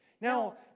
Now